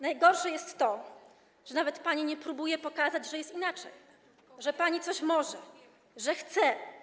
Najgorsze jest to, że pani nawet nie próbuje pokazać, że jest inaczej, że pani coś może, że chce.